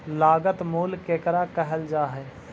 लागत मूल्य केकरा कहल जा हइ?